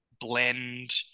blend